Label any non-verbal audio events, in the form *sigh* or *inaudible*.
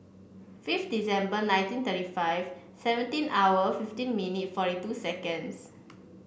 *unintelligible* December nineteen thirty five seventeen hour fifty minute forty two seconds